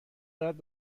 دارد